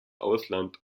ausland